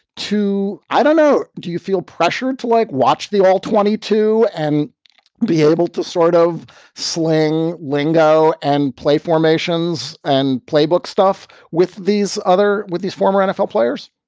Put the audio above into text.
too? i don't know. do you feel pressured to, like, watch the all twenty to and be able to sort of sling lingo and play formations and playbook stuff with these other with these former nfl players?